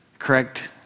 correct